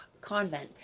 convent